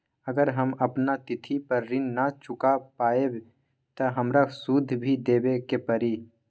अगर हम अपना तिथि पर ऋण न चुका पायेबे त हमरा सूद भी देबे के परि?